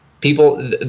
People